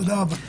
תודה רבה.